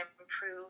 improve